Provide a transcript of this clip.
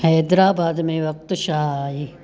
हैदराबाद में वक़्तु छा आहे